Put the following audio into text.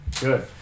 Good